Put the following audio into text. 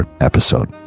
episode